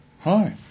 hi